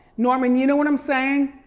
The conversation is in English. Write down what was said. norman, you know what i'm saying?